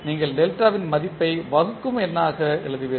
நீங்கள் டெல்டாவின் மதிப்பை வகுக்கும் எண்ணாக எழுதுவீர்கள்